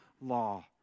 law